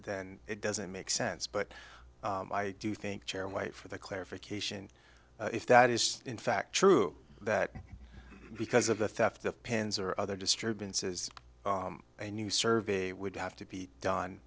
then it doesn't make sense but i do think chair and wait for the clarification if that is in fact true that because of the theft of pens or other disturbances a new survey would have to be done